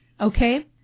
Okay